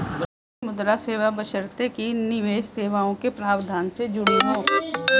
विदेशी मुद्रा सेवा बशर्ते कि ये निवेश सेवाओं के प्रावधान से जुड़ी हों